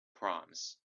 proms